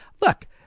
Look